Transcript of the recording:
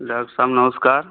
doctor साब नमस्कार